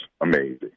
amazing